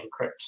encrypt